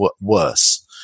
worse